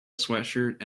sweatshirt